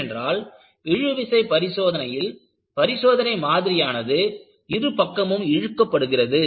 ஏனென்றால் இழுவிசை பரிசோதனையில் பரிசோதனை மாதிரியானது இருபக்கமும் இழுக்கப்படுகிறது